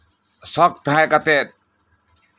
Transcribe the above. ᱥᱚᱠ ᱛᱟᱦᱮᱸ ᱠᱟᱛᱮᱫ